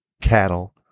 cattle